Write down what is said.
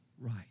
right